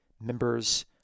members